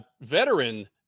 veteran